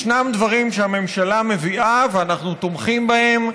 ישנם דברים שהממשלה מביאה ואנחנו תומכים בהם,